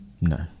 No